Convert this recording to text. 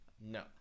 No